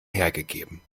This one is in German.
hergegeben